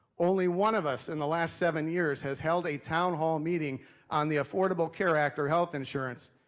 only one of us in the last seven years has held a town hall meeting on the affordable care act or health insurance.